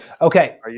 Okay